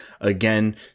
again